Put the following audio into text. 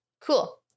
Cool